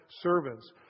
servants